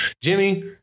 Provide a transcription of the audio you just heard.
Jimmy